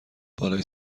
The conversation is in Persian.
بالای